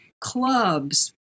Clubs